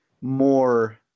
more